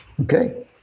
Okay